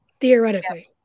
Theoretically